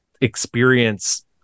experience